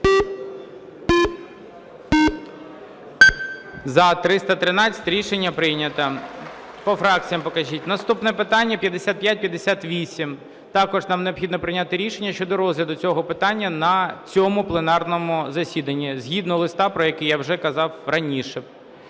За-313 Рішення прийнято. По фракціях покажіть. Наступне питання 5558. Також нам необхідно прийняти рішення щодо розгляду цього питання на цьому пленарному засіданні згідно листа, про який я вже казав раніше.